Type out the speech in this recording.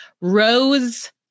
Rose